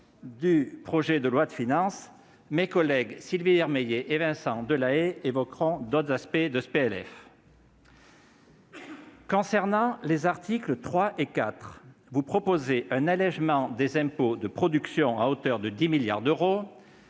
du projet de loi de finances ; mes collègues Sylvie Vermeillet et Vincent Delahaye évoqueront d'autres aspects de ce PLF. Avec les articles 3 et 4, vous proposez un allégement des impôts de production à hauteur de 10 milliards d'euros